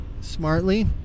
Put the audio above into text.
smartly